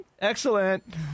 Excellent